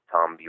Tom